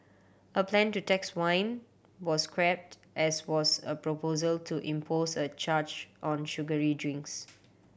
a plan to tax wine was scrapped as was a proposal to impose a charge on sugary drinks